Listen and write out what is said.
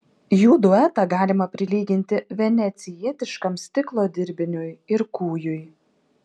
jų duetą galima prilyginti venecijietiškam stiklo dirbiniui ir kūjui